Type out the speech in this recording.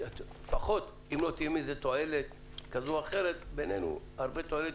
שלפחות אם לא תהיה בזה תועלת כזאת או אחרת בינינו הרבה תועלת